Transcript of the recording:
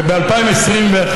וב-2021,